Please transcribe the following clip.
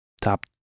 top